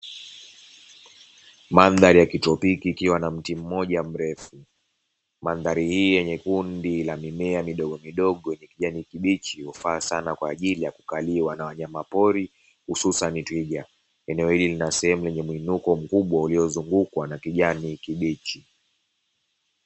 Mandhari ya kitropiki ikiwa na mti mmoja mrefu, mandhari hii yenye kundi la mimea midogomidogo yenye kijani kibichi hufaa sana kwa ajili ya kukaliwa na wanyama pori hususani twiga, eneo hili lina sehemu yenye mwinuko mkubwa uliyozungukwa na kijani kibichi.